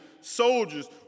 soldiers